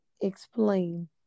Explain